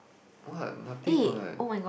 what nothing what